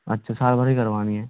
अच्छा सालभर की करवानी है